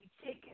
Chicken